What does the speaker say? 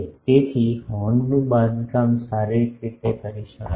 તેથી હોર્નનું બાંધકામ શારીરિક રીતે કરી શકાય છે